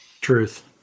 Truth